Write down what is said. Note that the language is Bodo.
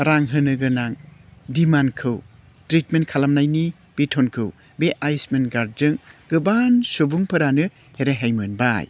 रां होनो गोनां दिमान्दखौ ट्रिटमेन्ट खालामनायनि बेथनखौ बे आयुस्मान कार्दजों गोबां सुबुंफोरानो रेहाय मोनबाय